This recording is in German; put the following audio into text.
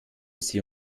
sie